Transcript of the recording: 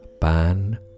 pan